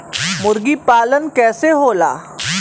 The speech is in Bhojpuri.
मुर्गी पालन कैसे होला?